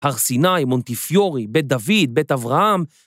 הר סיני, מונטי פיורי, בית דוד, בית אברהם,